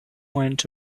went